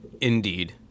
indeed